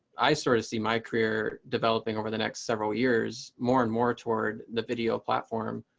i sort of see my career developing over the next several years more and more toward the video platform.